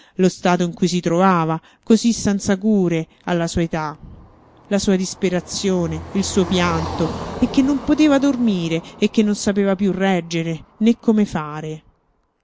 lo stato in cui si trovava così senza cure alla sua età la sua disperazione il suo pianto e che non poteva dormire e che non sapeva più reggere né come fare